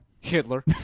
Hitler